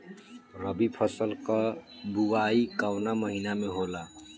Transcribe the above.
रबी फसल क बुवाई कवना महीना में होला?